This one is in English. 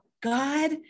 God